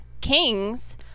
Kings